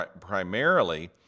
primarily